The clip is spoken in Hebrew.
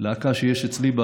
הלהקה שיש אצלי,